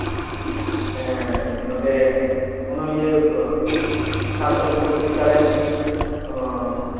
ᱱᱚᱸᱰᱮ ᱚᱱᱚᱞᱤᱭᱟᱹ ᱥᱟᱨᱥᱟᱹᱜᱩᱱ ᱯᱚᱛᱨᱤᱠᱟᱨᱮᱱ